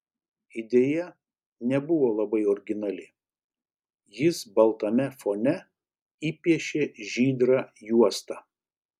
idėja nebuvo labai originali jis baltame fone įpiešė žydrą juostą